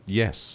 yes